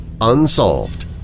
unsolved